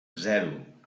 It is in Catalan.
zero